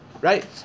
right